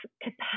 capacity